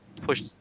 push